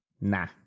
Nah